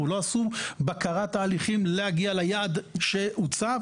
או לא עשו בקרת תהליכים להגיע ליעד שהוצב